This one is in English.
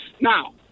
Now